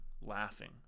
laughing